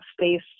space